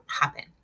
happen